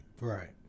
Right